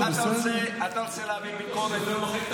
אתה רוצה להעביר ביקורת?